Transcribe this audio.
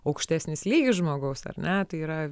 aukštesnis lygis žmogaus ar ne tai yra